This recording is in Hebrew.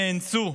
נאנסו,